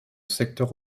secteur